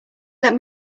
let